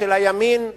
של הימין החדש,